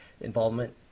involvement